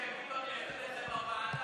אחרי שגדעון העביר את זה בוועדה,